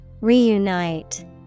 Reunite